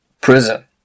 prison